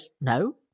no